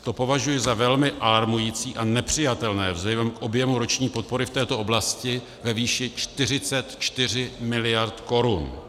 To považuji za velmi alarmující a nepřijatelné vzhledem k objemu roční podpory v této oblasti ve výši 44 miliard korun.